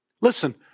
Listen